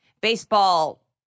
Baseball